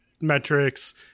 metrics